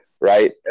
right